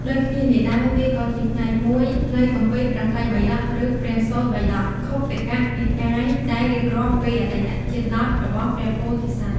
ដូចគ្នានេះដែរ វាក៏ជាផ្នែកមួយនៃគម្ពីរព្រះត្រៃបិដក ឬ ព្រះសូត្របិដក ខុទ្ទកនិកាយ ដែលរៀបរាប់ពីអតីតជាតិ ១០ របស់ព្រះពោធិសត្វ។